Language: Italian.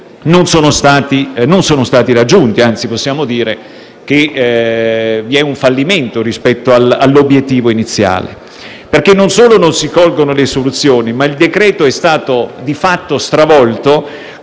non siano stati raggiunti, anzi possiamo dire che vi è un fallimento rispetto all'obiettivo iniziale. Questo perché non solo non si colgono le soluzioni, ma perché il decreto-legge è stato di fatto stravolto